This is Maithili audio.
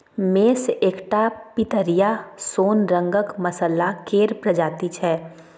मेस एकटा पितरिया सोन रंगक मसल्ला केर प्रजाति छै